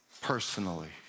personally